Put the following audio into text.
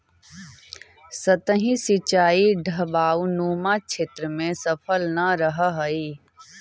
सतही सिंचाई ढवाऊनुमा क्षेत्र में सफल न रहऽ हइ